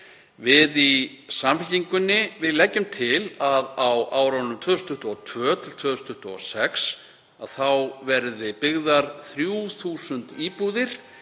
Við í Samfylkingunni leggjum til að á árunum 2022–2026 verði byggðar 3.000 íbúðir